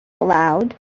aloud